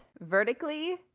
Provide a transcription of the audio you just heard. vertically